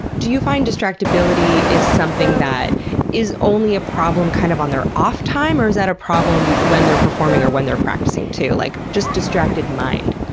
do you find distractibility is something that is only a problem kind of on their off time, or is that a problem when they're performing or when they're practicing too? like, just distracted mind.